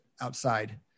outside